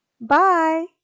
Bye